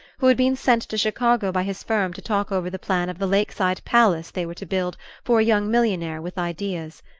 who had been sent to chicago by his firm to talk over the plan of the lakeside palace they were to build for a young millionaire with ideas.